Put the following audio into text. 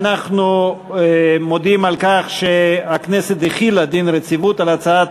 אנחנו מודיעים על כך שהכנסת החילה דין רציפות על הצעת